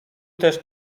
też